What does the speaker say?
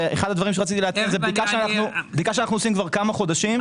ואחד הדברים שרציתי להגיד זה בדיקה שאנחנו עושים כבר כמה חודשים.